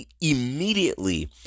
immediately